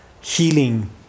healing